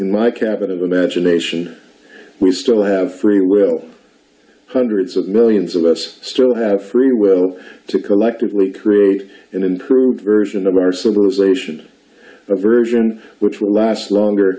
in my cabinet imagination we still have free will hundreds of millions of us still have free will to collectively create an improved version of our civilization a version which will last longer